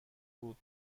بود